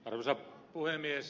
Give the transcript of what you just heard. arvoisa puhemies